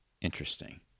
Interesting